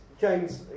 James